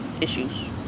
issues